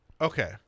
Okay